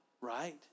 right